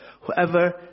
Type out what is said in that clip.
Whoever